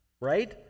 right